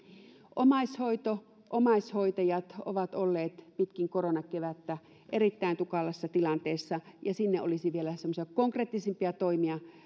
omaishoito omaishoitajat ovat olleet pitkin koronakevättä erittäin tukalassa tilanteessa ja sinne olisi vielä semmoisia konkreettisempia toimia